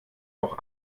auch